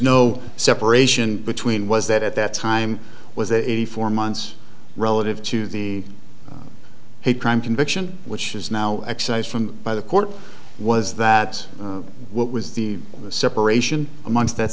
no separation between was that at that time was a four months relative to the hate crime conviction which is now excised from by the court was that what was the separation amongst that